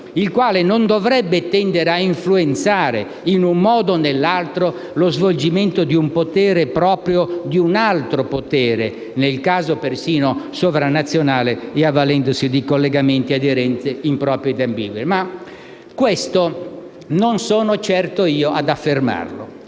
il quale non dovrebbe tendere ad influenzare, in un modo o nell'altro, lo svolgimento di un potere proprio di un altro potere (nel caso, persino sovranazionale e avvalendosi di collegamenti e aderenze improprie e ambigue). Questo non sono certo io ad affermarlo,